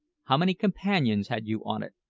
how many companions had you on it?